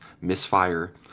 misfire